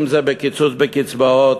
אם בקיצוץ בקצבאות,